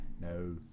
No